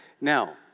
Now